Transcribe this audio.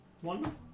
One